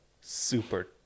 super